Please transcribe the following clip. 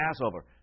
Passover